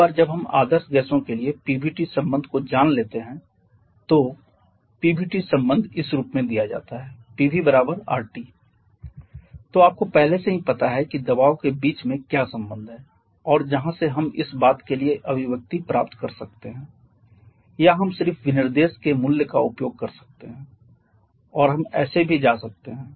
एक बार जब हम आदर्श गैसों के लिए P v T संबंध को जान लेते हैं तो P v T संबंध इस रूप में दिया जाता है Pv RT तो आप को पहले से ही पता है कि दबाव के बीचमे क्या संबंध है और जहाँ से हम इस बात के लिए अभिव्यक्ति प्राप्त कर सकते हैं या हम सिर्फ विनिर्देश के मूल्य का उपयोग कर सकते हैं और हम ऐसे भी जा सकते हैं